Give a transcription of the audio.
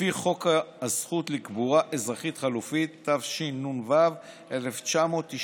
לפי חוק הזכות לקבורה אזרחית חלופית, התשנ"ו 1996,